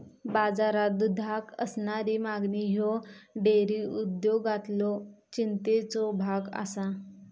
बाजारात दुधाक असणारी मागणी ह्यो डेअरी उद्योगातलो चिंतेचो भाग आसा